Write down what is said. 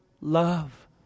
love